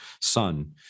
son